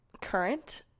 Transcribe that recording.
Current